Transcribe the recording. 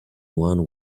one